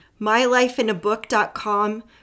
mylifeinabook.com